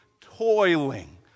toiling